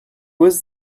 was